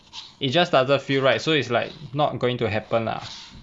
it just doesn't feel right so is like not going to happen lah